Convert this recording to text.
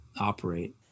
operate